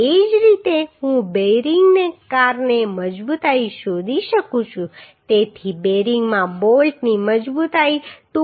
એ જ રીતે હું બેરિંગને કારણે મજબૂતાઈ શોધી શકું છું તેથી બેરિંગમાં બોલ્ટની મજબૂતાઈ 2